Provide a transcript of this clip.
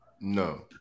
No